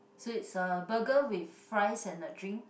so it's a burger with fries and a drink